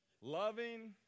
Loving